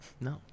No